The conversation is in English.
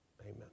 amen